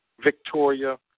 Victoria